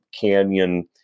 Canyon